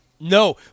No